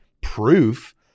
proof